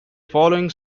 following